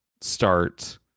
start